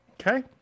Okay